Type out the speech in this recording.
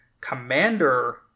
commander